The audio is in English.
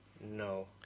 No